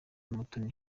umutoni